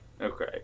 Okay